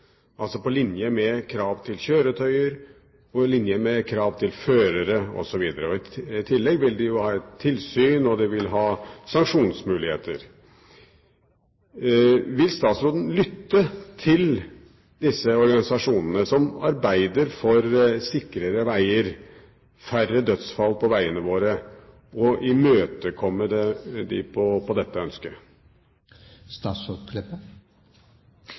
altså på linje med krav til kjøretøyer, på linje med krav til førere, osv. I tillegg vil de ha et tilsyn, og de vil ha sanksjonsmuligheter. Vil statsråden lytte til disse organisasjonene som arbeider for sikrere veger, færre dødsfall på vegene våre, og imøtekomme dem i dette ønsket?